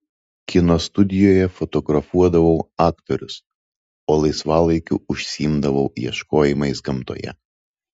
kino studijoje fotografuodavau aktorius o laisvalaikiu užsiimdavau ieškojimais gamtoje